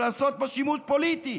ולעשות בה שימוש פוליטי?